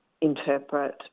interpret